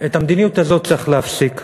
את המדיניות הזאת צריך להפסיק.